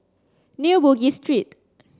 New Bugis Street